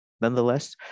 Nonetheless